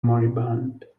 moribund